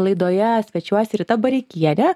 laidoje svečiuojasi rita bareikienė